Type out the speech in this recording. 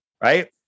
Right